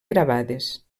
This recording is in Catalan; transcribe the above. gravades